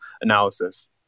analysis